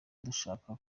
dushaka